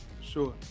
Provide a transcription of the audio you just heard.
Sure